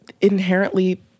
Inherently